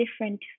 different